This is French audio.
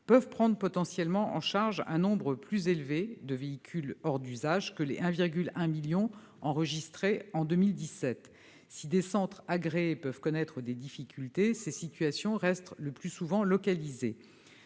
même de prendre en charge un nombre plus élevé de véhicules que les 1,1 million enregistrés en 2017. Si certains centres agréés peuvent connaître des difficultés, ces situations restent le plus souvent localisées.